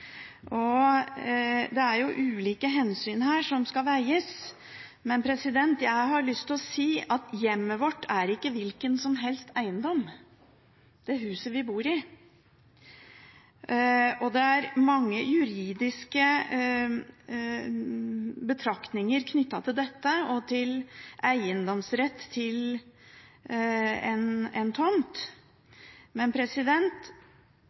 Det er ulike hensyn her som skal veies, men jeg har lyst til å si at hjemmet vårt – det huset vi bor i – er ikke hvilken som helst eiendom. Det er mange juridiske betraktninger knyttet til dette, og til eiendomsrett til en tomt. Men